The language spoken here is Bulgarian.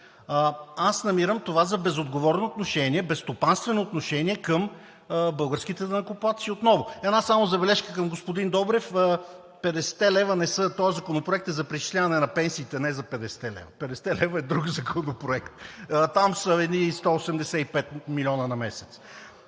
Аз намирам това за безотговорно отношение, безстопанствено отношение към българските данъкоплатци – отново. Една само забележка към господин Добрев. Този законопроект е за преизчисляване на пенсиите, не за 50-те лева – 50-те лева е друг законопроект, там са едни 185 милиона на месец.